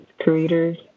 creators